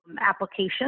application